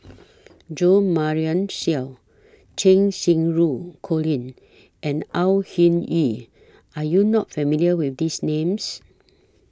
Jo Marion Seow Cheng Xinru Colin and Au Hing Yee Are YOU not familiar with These Names